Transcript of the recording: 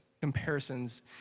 comparisons